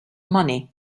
money